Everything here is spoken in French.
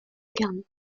carnets